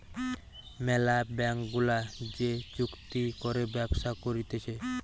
ম্যালা ব্যাঙ্ক গুলা যে চুক্তি করে ব্যবসা করতিছে